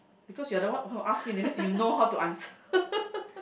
because you are the one who asked one that's mean you know how to answer